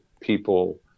people